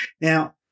Now